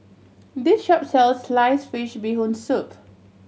this shop sells sliced fish Bee Hoon Soup